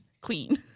Queen